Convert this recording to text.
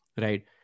right